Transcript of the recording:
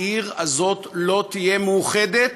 העיר הזאת לא תהיה מאוחדת